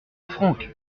franck